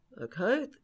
okay